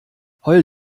heul